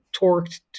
torqued